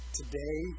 today